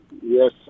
Yes